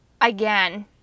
again